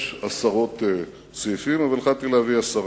יש עשרות סעיפים, אבל החלטתי להביא עשרה.